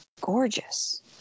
gorgeous